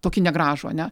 tokį negražų ane